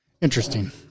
Interesting